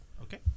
Okay